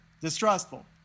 distrustful